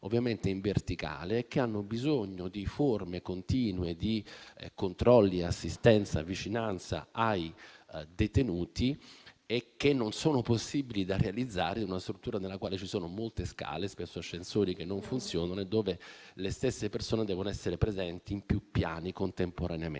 ovviamente in verticale, dove c'è bisogno di forme continue di controlli, assistenza e vicinanza ai detenuti, per cui non è possibile realizzare strutture nelle quali ci sono molte scale e spesso ascensori che non funzionano, dove le stesse persone devono essere presenti in più piani contemporaneamente.